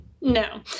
No